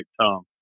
tongue